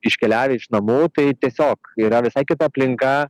iškeliavę iš namų tai tiesiog yra visai kita aplinka